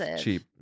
cheap